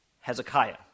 Hezekiah